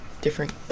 different